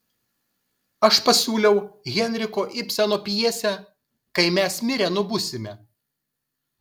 aš pasiūliau henriko ibseno pjesę kai mes mirę nubusime